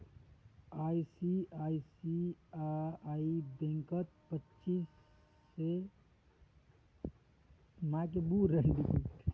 ICICI बैंकत पच्चीस page वाली चेकबुकेर कत्ते कीमत छेक